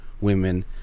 women